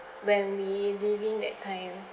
when we leaving that time